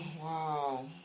Wow